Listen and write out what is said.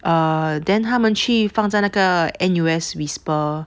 err then 他们去放在那个 N_U_S Whisper